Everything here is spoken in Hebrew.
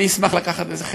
אני אשמח לקחת בזה חלק.